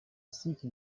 site